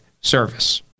Service